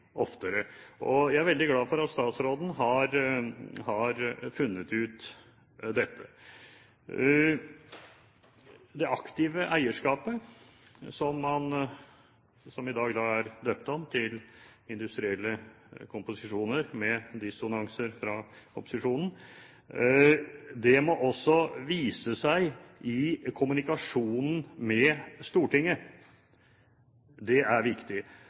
oftere. Og jeg er veldig glad for at statsråden har funnet ut dette. Det aktive eierskapet, som i dag er omdøpt til «industriell komposisjon», med dissonanser fra opposisjonen, må også vise seg i kommunikasjonen med Stortinget. Det er viktig.